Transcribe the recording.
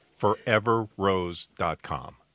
Foreverrose.com